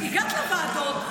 הגעת לוועדות,